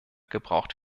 gebraucht